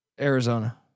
Arizona